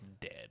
dead